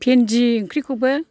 भिन्दि ओंख्रिखौबो